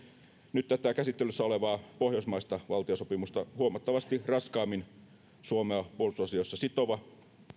nyt tätä käsittelyssä olevaa pohjoismaista valtiosopimusta huomattavasti raskaammin suomea puolustusasioissa sitova